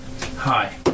Hi